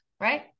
right